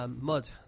Mud